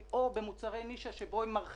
משה ברקת בראש רשות שוק ההון מנהל רשות